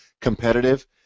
competitive